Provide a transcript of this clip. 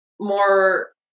more